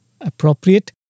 appropriate